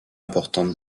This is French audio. importante